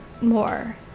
more